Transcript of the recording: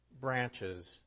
branches